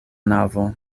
navo